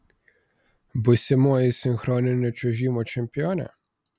būsimoji sinchroninio čiuožimo čempionė